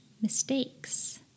mistakes